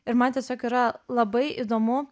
ir man tiesiog yra labai įdomu